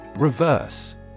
Reverse